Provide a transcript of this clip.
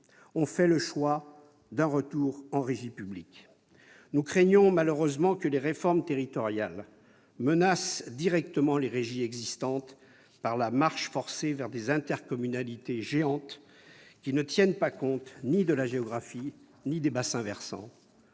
ont fait le choix d'un retour en régie publique. Nous craignons malheureusement que les réformes territoriales ne menacent directement les régies existantes par la marche forcée vers des intercommunalités géantes qui ne tiennent pas compte de la géographie et des bassins versants.